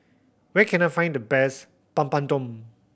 where can I find the best Papadum